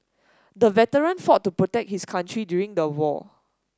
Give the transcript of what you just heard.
the veteran fought to protect his country during the war